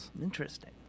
Interesting